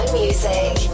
music